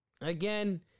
again –